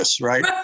right